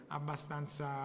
abbastanza